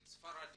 ספרדית,